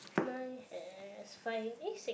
mine has five eh six